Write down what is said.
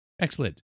Excellent